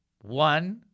one